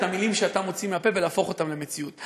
המילים שאתה מוציא מהפה ולהפוך אותן למציאות.